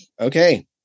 Okay